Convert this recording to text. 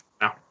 now